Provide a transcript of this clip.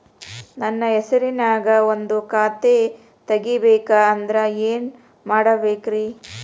ನನ್ನ ಹೆಸರನ್ಯಾಗ ಒಂದು ಖಾತೆ ತೆಗಿಬೇಕ ಅಂದ್ರ ಏನ್ ಮಾಡಬೇಕ್ರಿ?